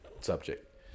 subject